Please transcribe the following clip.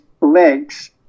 legs